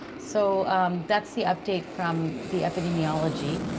so that's the update from the epidemiology.